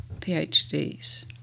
PhDs